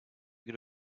good